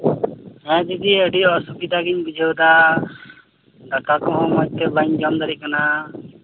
ᱦᱮᱸ ᱫᱤᱫᱤ ᱟᱹᱰᱤ ᱚᱥᱵᱤᱫᱟ ᱜᱮᱧ ᱵᱩᱡᱷᱟᱹᱣᱫᱟ ᱫᱟᱠᱟ ᱠᱚᱦᱚᱸ ᱢᱚᱡᱽᱛᱮ ᱵᱟᱹᱧ ᱡᱚᱢ ᱫᱟᱲᱮᱭᱟᱜ ᱠᱟᱱᱟ